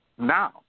Now